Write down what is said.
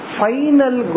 final